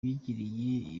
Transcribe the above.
bagiriye